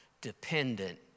dependent